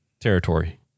territory